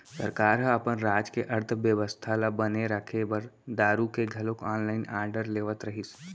सरकार ह अपन राज के अर्थबेवस्था ल बने राखे बर दारु के घलोक ऑनलाइन आरडर लेवत रहिस